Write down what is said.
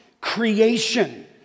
creation